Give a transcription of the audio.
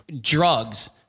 Drugs